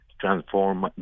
transform